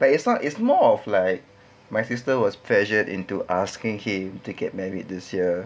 but it's not is more of like my sister was pressured into asking him to get married this year